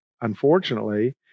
unfortunately